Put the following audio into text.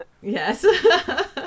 Yes